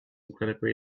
incredibly